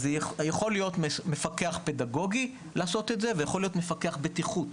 יכול לעשות את זה מפקח פדגוגי ויכול לעשות את זה מפקח בטיחות,